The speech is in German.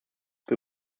wir